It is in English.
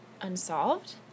unsolved